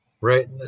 Right